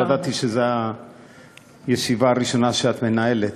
לא ידעתי שזו הישיבה הראשונה שאת מנהלת,